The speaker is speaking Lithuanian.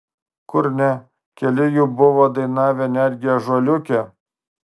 kur ne keli jų buvo dainavę netgi ąžuoliuke